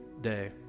day